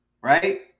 right